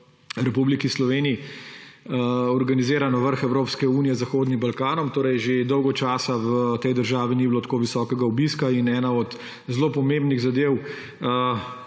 v Republiki Sloveniji organiziran vrh Evropske unije z Zahodnim Balkanom. Torej že dolgo časa v tej državi ni bilo tako visokega obiska in ena od zelo pomembnih zadev,